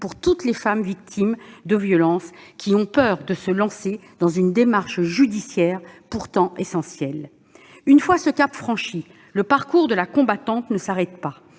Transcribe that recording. pour toutes les femmes victimes de violence qui ont peur de se lancer dans une démarche judiciaire, pourtant essentielle. Une fois ce cap franchi, le parcours de la combattante ne s'arrête pas